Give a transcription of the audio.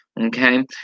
Okay